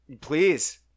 please